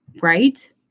Right